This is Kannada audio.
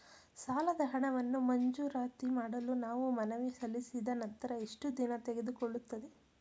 ಸಾಲದ ಹಣವನ್ನು ಮಂಜೂರಾತಿ ಮಾಡಲು ನಾವು ಮನವಿ ಸಲ್ಲಿಸಿದ ನಂತರ ಎಷ್ಟು ದಿನ ತೆಗೆದುಕೊಳ್ಳುತ್ತದೆ?